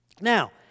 Now